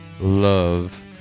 love